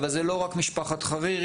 אבל זה לא רק משפחת חרירי,